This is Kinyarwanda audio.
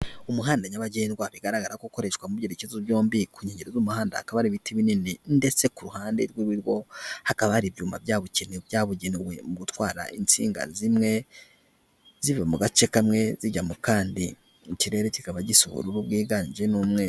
Umuhanda nyabagendwa bigaragaza ko u ikoreshwa mu byerekezo byombi kuhe ry'umuhanda akaba ari ibiti binini ndetse ku ruhande rw'uryo hakaba hari ibyuma byabukene byabugenewe mu gutwara insinga zimwe ziva mu gace kamwe zijya mu kandi, ikirere kikaba gisa ubururu bwiganjwemo umweru.